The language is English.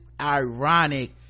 ironic